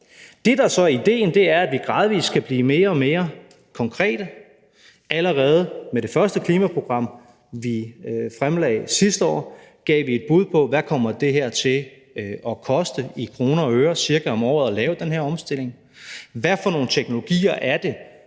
idéen, er, at vi gradvis skal blive mere og mere konkrete. Allerede med det første klimaprogram, vi fremlagde sidste år, gav vi et bud på, hvad det cirka kommer til at koste i kroner og øre om året at lave den her omstilling, hvilke teknologier det